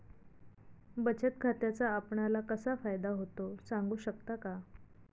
बचत खात्याचा आपणाला कसा फायदा होतो? सांगू शकता का?